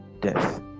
death